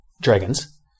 Dragons